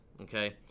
okay